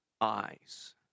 eyes